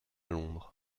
londres